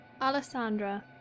Alessandra